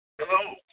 Hello